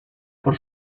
por